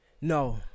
No